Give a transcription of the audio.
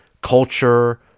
culture